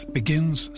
begins